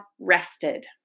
rested